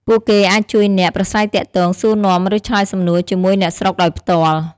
ពួកគេអាចជួយអ្នក ប្រាស្រ័យទាក់ទង សួរនាំ ឬឆ្លើយសំណួរជាមួយអ្នកស្រុកដោយផ្ទាល់។